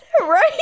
Right